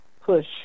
push